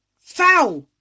Foul